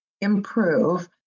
improve